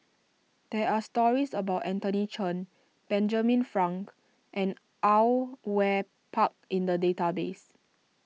there are stories about Anthony Chen Benjamin Frank and Au Yue Pak in the database